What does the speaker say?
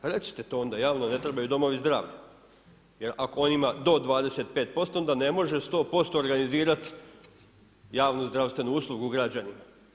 Pa recite to onda javno, ne trebaju domovi zdravlja, jer ako on ima do 25% onda ne može 100% organizirati javno zdravstvenu uslugu građanima.